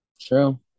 True